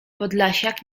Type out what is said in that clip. podlasiak